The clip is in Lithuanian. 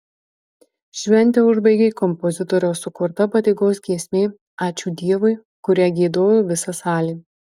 šventę užbaigė kompozitoriaus sukurta padėkos giesmė ačiū dievui kurią giedojo visa salė